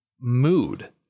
mood